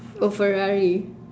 oh ferrari